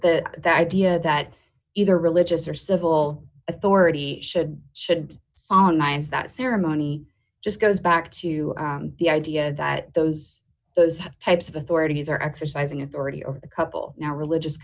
the idea that either religious or civil authority should should songlines that ceremony just goes back to the idea that those those types of authorities are exercising authority or the couple now religious